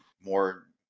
more